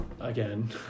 again